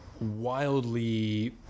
wildly